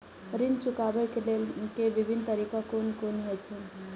ऋण चुकाबे के विभिन्न तरीका कुन कुन होय छे?